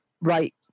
right